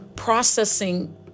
processing